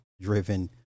Driven